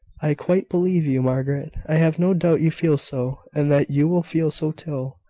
i quite believe you, margaret. i have no doubt you feel so, and that you will feel so till.